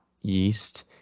yeast